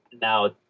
now